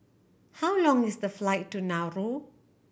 how long is the flight to Nauru